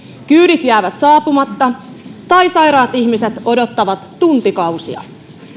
kyydit jäävät saapumatta tai sairaat ihmiset odottavat tuntikausia